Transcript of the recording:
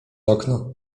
okno